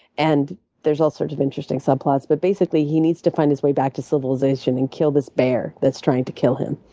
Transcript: and there's all sorts of interesting subplots. but basically, he needs to find his way back to civilization and kill this bear that's trying to kill him.